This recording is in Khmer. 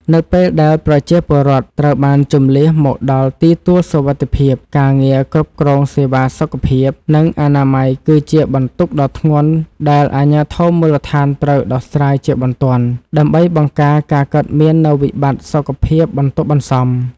នៅពេលដែលប្រជាពលរដ្ឋត្រូវបានជម្លៀសមកដល់ទីទួលសុវត្ថិភាព ការងារគ្រប់គ្រងសេវាសុខភាព និងអនាម័យគឺជាបន្ទុកដ៏ធ្ងន់ដែលអាជ្ញាធរមូលដ្ឋានត្រូវដោះស្រាយជាបន្ទាន់ ដើម្បីបង្ការការកើតមាននូវវិបត្តិសុខភាពបន្ទាប់បន្សំ។